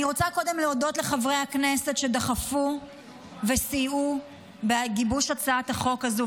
אני רוצה קודם להודות לחברי הכנסת שדחפו וסייעו בגיבוש הצעת החוק הזו,